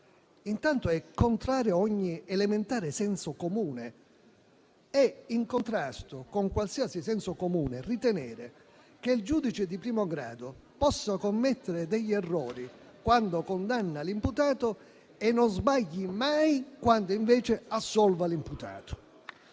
Intanto, è contraria a ogni elementare senso comune. È in contrasto con qualsiasi senso comune ritenere che il giudice di primo grado possa commettere degli errori quando condanna l'imputato e non sbagli mai quando invece assolva l'imputato.